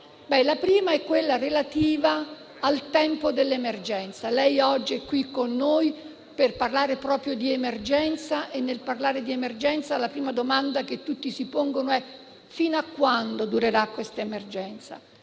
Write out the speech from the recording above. farle è quella relativa al tempo dell'emergenza. Lei oggi è qui con noi per parlare proprio di emergenza e a tale proposito la prima domanda che tutti si pongono è: fino a quando durerà questa emergenza?